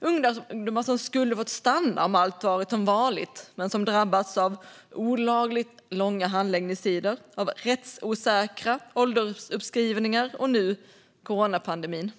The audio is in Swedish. Det är ungdomar som skulle ha fått stanna om allt varit som vanligt men som drabbats av olagligt långa handläggningstider, rättsosäkra åldersuppskrivningar och nu coronapandemin.